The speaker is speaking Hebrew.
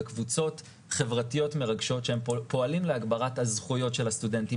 בקבוצות חברתיות מרגשות שהם פועלים להגברת הזכויות של הסטודנטים,